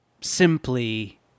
simply